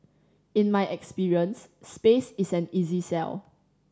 in my experience space is an easy sell